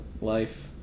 life